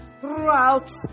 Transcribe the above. throughout